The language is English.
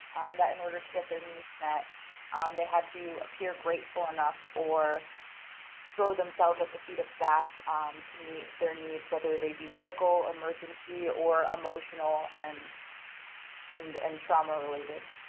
that in order to get their needs met they had to appear grateful enough or throw themselves at the feet of staff to meet their needs, whether they be medical emergency or emotional and and and trauma-related.